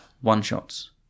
one-shots